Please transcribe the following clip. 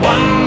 One